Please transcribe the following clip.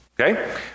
Okay